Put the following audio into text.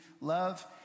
love